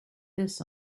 this